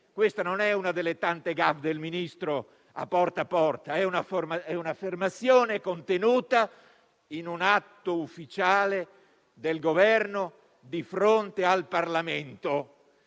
questa non è una delle tante *gaffe* del ministro a «Porta a porta», ma è un'affermazione contenuta in un atto ufficiale del Governo di fronte al Parlamento.